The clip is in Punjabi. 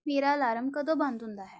ਮੇਰਾ ਅਲਾਰਮ ਕਦੋਂ ਬੰਦ ਹੁੰਦਾ ਹੈ